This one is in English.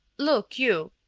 look, you,